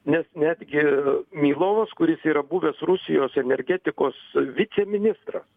nes netgi mylovas kuris yra buvęs rusijos energetikos viceministras